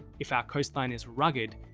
if our coastline is rugged,